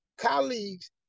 colleagues